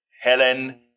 Helen